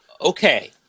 Okay